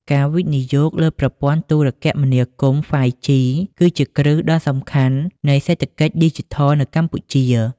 ការវិនិយោគលើប្រព័ន្ធទូរគមនាគមន៍ 5G គឺជាគ្រឹះដ៏សំខាន់នៃសេដ្ឋកិច្ចឌីជីថលនៅកម្ពុជា។